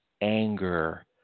anger